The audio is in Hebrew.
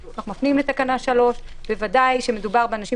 ואנחנו מפנים לתקנה 3. בוודאי כשמדובר באנשים